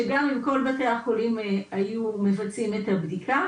שגם אם כל בתי החולים היו מבצעים את הבדיקה,